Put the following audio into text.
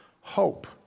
hope